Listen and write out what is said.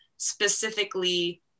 specifically